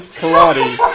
karate